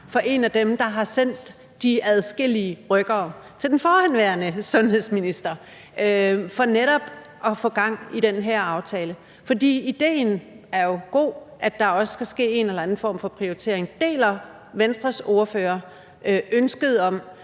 som en af dem, der har sendt adskillige rykkere til den forhenværende sundhedsminister for netop at få gang i den her aftale, fordi idéen jo er god, altså at der også skal ske en eller anden form for prioritering. Deler Venstres ordfører ønsket om,